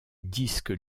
disque